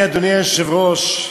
אדוני היושב-ראש,